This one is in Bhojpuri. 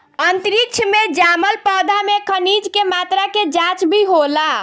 अंतरिक्ष में जामल पौधा में खनिज के मात्रा के जाँच भी होला